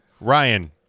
Ryan